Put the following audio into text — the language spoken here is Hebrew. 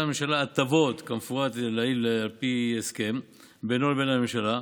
הממשלה הטבות כמפורט לעיל על פי הסכם בינו לבין הממשלה,